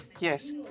Yes